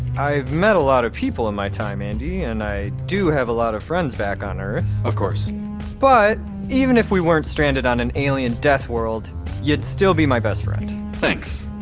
i've met a lot of people in my time, andi, and i do have a lot of friends back on earth of course but even if we weren't stranded on an alien death world you'd still be my best friend thanks.